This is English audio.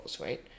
right